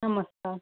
नमस्कार